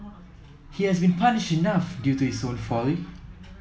he has been punished enough due to his own folly